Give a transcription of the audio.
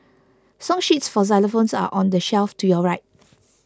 song sheets for xylophones are on the shelf to your right